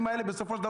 הקופות שמות גם